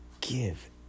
give